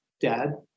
dad